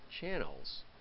channels